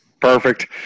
Perfect